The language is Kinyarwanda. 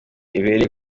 ibereye